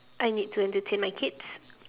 I need to entertain my kids